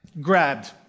grabbed